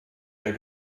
der